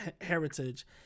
heritage